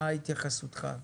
נא התייחסותך.